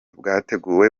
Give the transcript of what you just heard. bwateguwe